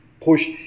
push